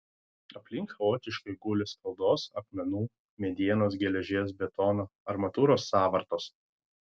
aplink chaotiškai guli skaldos akmenų medienos geležies betono armatūros sąvartos